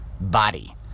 body